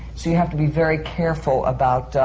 so you have to be very careful about